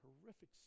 horrific